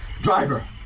Driver